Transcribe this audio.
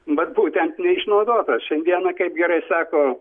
vat būtent neišnaudotos šiandieną kaip gerai sako